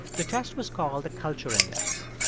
the test was called the culture index.